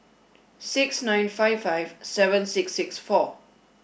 six nine five five seven six six four